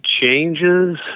changes